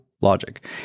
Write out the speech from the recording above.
logic